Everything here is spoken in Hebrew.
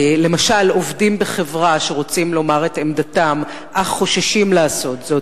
למשל עובדים בחברה שרוצים לומר את עמדתם אך חוששים לעשות זאת,